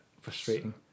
frustrating